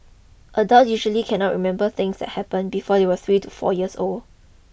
adults usually cannot remember things that happened before they were three to four years old